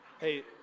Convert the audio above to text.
hey